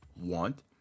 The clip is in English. want